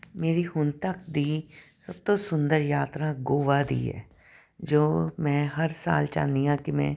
ਮੇਰੀ ਹੁਣ ਤੱਕ ਦੀ ਸਭ ਤੋਂ ਸੁੰਦਰ ਯਾਤਰਾ ਗੋਆ ਦੀ ਹੈ ਜੋ ਮੈਂ ਹਰ ਸਾਲ ਚਾਹੁੰਦੀ ਹਾਂ ਕਿ ਮੈਂ